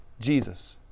Jesus